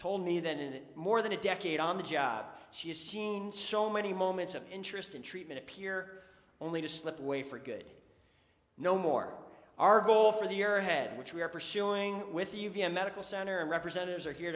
told me that in more than a decade on the job she's seen so many moments of interest in treatment appear only to slip away for good no more our goal for the year ahead which we are pursuing with you via medical center and representatives are here